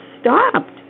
stopped